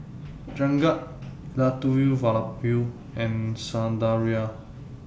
Jagat Elattuvalapil and Sundaraiah